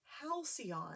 halcyon